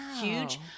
huge